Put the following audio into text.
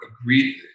agreed